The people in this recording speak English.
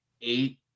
eight